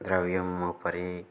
द्रव्यस्य उपरि